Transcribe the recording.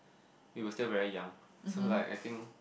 you are still very young so like I think